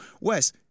Wes